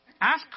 ask